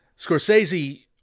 scorsese